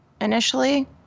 initially